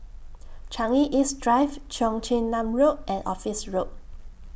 Changi East Drive Cheong Chin Nam Road and Office Road